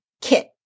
kit